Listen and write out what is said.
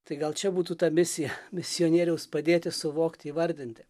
tai gal čia būtų ta misija misionieriaus padėti suvokti įvardinti